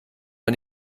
man